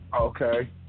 Okay